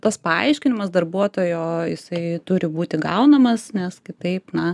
tas paaiškinimas darbuotojo jisai turi būti gaunamas nes kitaip na